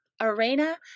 Arena